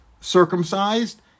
circumcised